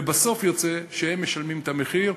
ובסוף יוצא שהם משלמים את המחיר,